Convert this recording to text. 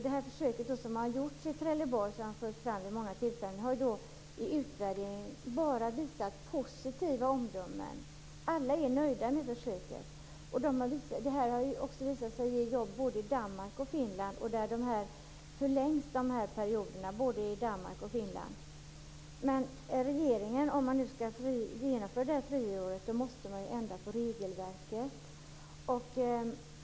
Det försök som gjorts i Trelleborg, vilket har förts fram vid många tillfällen, har i utvärderingar bara fått positiva omdömen. Alla är nöjda med försöket. Detta har också visat sig i Danmark och Finland. I båda dessa länder förlängs de här perioderna. Om regeringen skall genomföra friåret måste man dock ändra på regelverket.